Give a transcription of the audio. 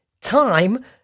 time